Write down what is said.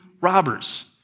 robbers